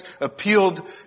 appealed